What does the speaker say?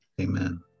Amen